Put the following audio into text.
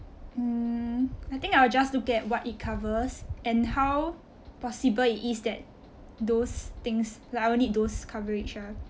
mm I think I will just look at what it covers and how possible it is that those things like I would need those coverage ah